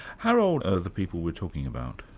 how old are the people we're talking about?